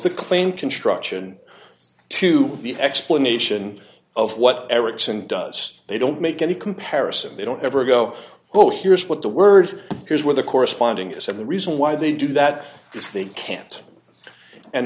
the claim construction to be an explanation of what ericsson does they don't make any comparison they don't ever go oh here's what the word here's where the corresponding is and the reason why they do that is they can't and